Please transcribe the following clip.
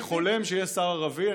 אני חולם שיהיה שר ערבי.